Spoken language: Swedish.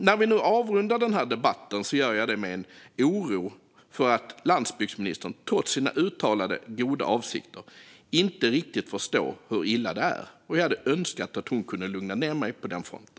När jag nu avrundar denna debatt gör jag det med en oro för att landsbygdsministern, trots sina uttalade goda avsikter, inte riktigt förstår hur illa det är. Jag hade önskat att hon hade kunnat lugna ned mig på den fronten.